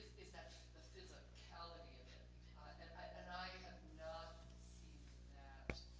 is the physicality of it and i have not seen